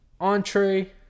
entree